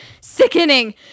sickening